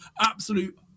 absolute